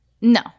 no